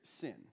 sin